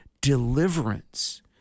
deliverance